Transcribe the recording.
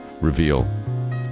reveal